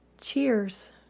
Cheers